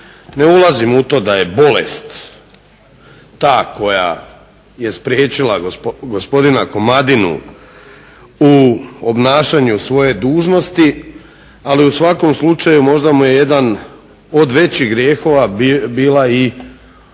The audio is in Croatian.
Ne ulazim u to da je bolest ta koja je spriječila gospodina Komadinu u obnašanju svoje dužnosti. Ali u svakom slučaju možda mu je jedan od većih grijehova bila i gradnja